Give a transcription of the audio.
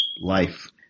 life